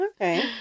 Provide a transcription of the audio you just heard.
Okay